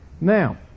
Now